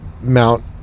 mount